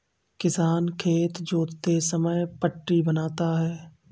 किसान खेत जोतते समय पट्टी बनाता है